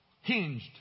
hinged